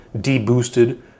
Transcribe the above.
de-boosted